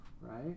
right